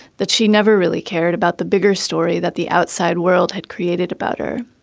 that she never really cared about the bigger story that the outside world had created about her.